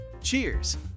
Cheers